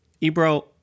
Ebro